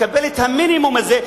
יקבל את המינימום הזה,